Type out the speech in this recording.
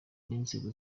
n’inzego